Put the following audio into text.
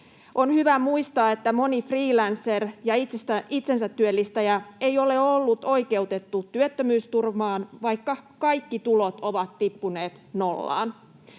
On hyvä muistaa, että moni freelancer ja itsensätyöllistäjä ei ole ollut oikeutettu työttömyysturvaan, vaikka kaikki tulot ovat tippuneet nollaan.